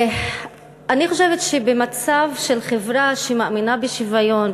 אני חושבת שבמצב של חברה שמאמינה בשוויון,